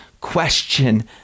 question